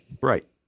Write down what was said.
Right